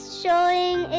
showing